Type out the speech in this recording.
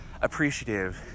appreciative